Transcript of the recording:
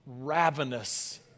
ravenous